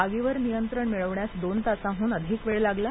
आगीवर नियंत्रण मिळविण्यास दोन तासाहून अधिक वेळ लागला